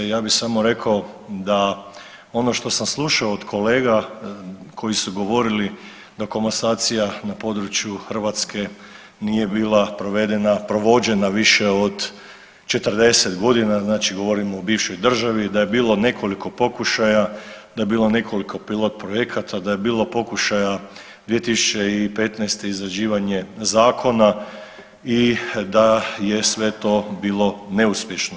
Ja bi samo rekao da ono što sam slušao od kolega koji su govorili da komasacija na području Hrvatske nije bila provedena, provođena više od 40 godina, znači govorim o bivšoj državi, da je bilo nekoliko pokušaja, da je bilo nekoliko pilot projekata, da je bilo pokušaja 2015. izrađivanje zakona i da je sve to bilo neuspješno.